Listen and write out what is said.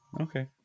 Okay